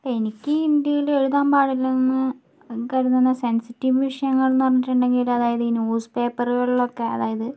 എനിക്ക് ഇന്ത്യയിൽ എഴുതാൻ പാടില്ലെന്ന് കരുതുന്ന സെൻസിറ്റീവ് വിഷയങ്ങളെന്ന് പറഞ്ഞിട്ടുണ്ടെങ്കിൽ അതായത് ഈ ന്യൂസ് പേപ്പറുകളിലൊക്കെ അതായത്